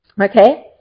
Okay